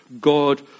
God